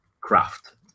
craft